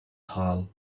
hull